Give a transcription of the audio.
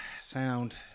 sound